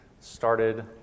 started